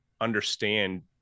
understand